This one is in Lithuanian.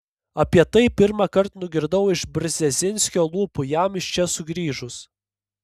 apie tai pirmąkart nugirdau iš brzezinskio lūpų jam iš čia sugrįžus